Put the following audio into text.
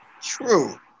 True